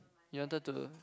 you wanted to